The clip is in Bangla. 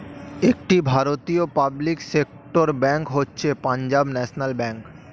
একটি ভারতীয় পাবলিক সেক্টর ব্যাঙ্ক হচ্ছে পাঞ্জাব ন্যাশনাল ব্যাঙ্ক